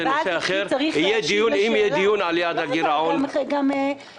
אם יהיה דיון על יעד הגירעון --- אבל יו"ר